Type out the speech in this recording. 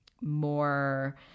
more